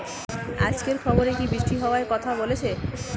আজকের খবরে কি বৃষ্টি হওয়ায় কথা বলেছে?